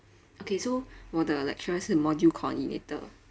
okay so 我的 lecturer 是 module coordinator